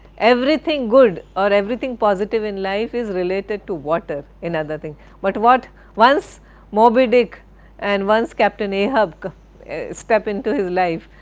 everything good or everything positive in life is related to water, in other thing but once moby-dick and once captain ahab step into his life,